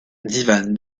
divan